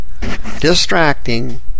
distracting